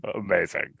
Amazing